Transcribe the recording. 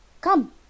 Come